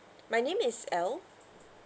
my name is elle